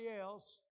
else